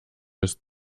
ist